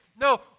No